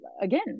again